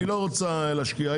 היא לא רוצה להשקיע,